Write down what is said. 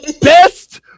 Best